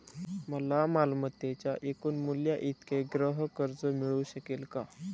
मला मालमत्तेच्या एकूण मूल्याइतके गृहकर्ज मिळू शकेल का?